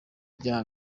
byaha